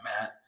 Matt